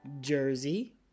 jersey